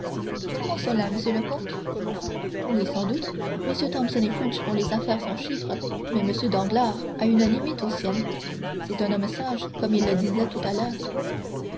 comment cela monsieur le comte oui sans doute mm thomson et french font les affaires sans chiffres mais m danglars a une limite aux siennes c'est un homme sage comme il disait tout à l'heure